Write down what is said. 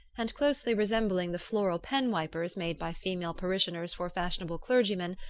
and closely resembling the floral pen-wipers made by female parishioners for fashionable clergymen,